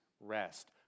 rest